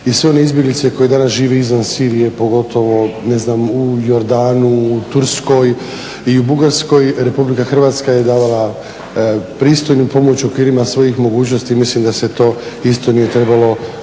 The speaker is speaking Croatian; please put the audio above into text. i sve one izbjeglice koje danas žive izvan Sirije pogotovo ne znam u Jordanu, u Turskoj i u Bugarskoj RH je davala pristojnu pomoć u okvirima svojih mogućnosti i mislim da se to isto nije trebalo zaboraviti